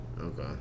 Okay